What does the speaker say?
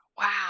Wow